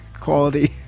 quality